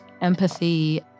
empathy